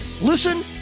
Listen